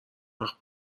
وقت